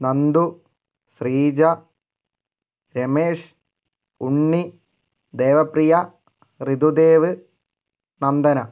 Nandu Sreeja Ramesh Unni Devapriya Ritudev Nandana